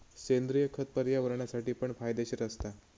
सेंद्रिय खत पर्यावरणासाठी पण फायदेशीर असता